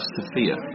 Sophia